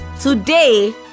today